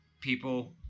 people